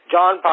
John